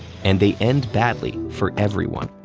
and they end badly for everyone,